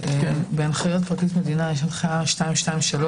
בהנחיות פרקליטות המדינה יש הנחיה 223